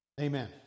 Amen